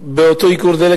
באותו ייקור דלק,